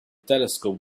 telescope